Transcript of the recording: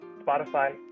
Spotify